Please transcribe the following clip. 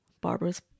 Barbara's